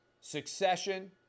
Succession